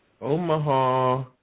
Omaha